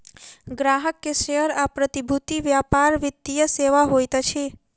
ग्राहक के शेयर आ प्रतिभूति व्यापार वित्तीय सेवा होइत अछि